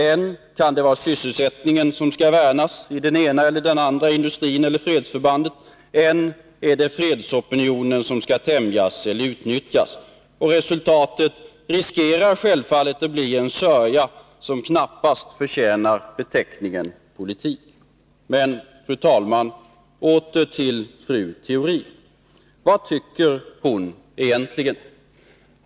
Än är det sysselsättningen i den ena eller andra industrin eller i det ena eller andra fredsförbandet som skall värnas, än är det fredsopinionen som skall tämjas eller utnyttjas. Man riskerar självfallet att resultatet blir en sörja som knappast förtjänar beteckningen politik. Men, fru talman, åter till fru Theorin! Vad tycker hon egentligen?